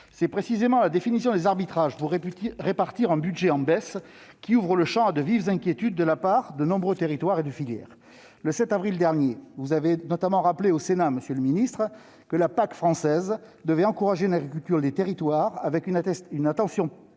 C'est précisément la définition des arbitrages pour répartir un budget en baisse qui ouvre le champ à de vives inquiétudes de la part de nombreux territoires et filières. Le 7 avril dernier, vous avez notamment rappelé au Sénat, monsieur le ministre, que la PAC française devait encourager une agriculture de territoires avec une attention portée